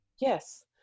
Yes